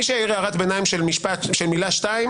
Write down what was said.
מי שיעיר הערת ביניים של מילה, שתיים